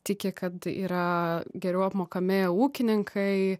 tiki kad yra geriau apmokami ūkininkai